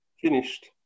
finished